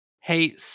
Hey